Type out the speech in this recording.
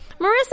Marissa